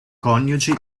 coniugi